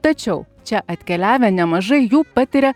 tačiau čia atkeliavę nemažai jų patiria